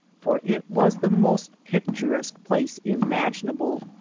for it was the most picturesque place imaginable.